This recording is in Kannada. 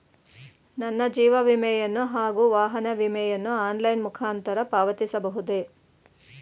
ನನ್ನ ಜೀವ ವಿಮೆಯನ್ನು ಹಾಗೂ ವಾಹನ ವಿಮೆಯನ್ನು ಆನ್ಲೈನ್ ಮುಖಾಂತರ ಪಾವತಿಸಬಹುದೇ?